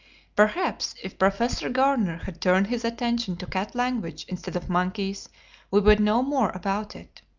perhaps, if professor garner had turned his attention to cat language instead of monkeys we would know more about it.